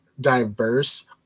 diverse